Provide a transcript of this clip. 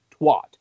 twat